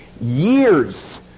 years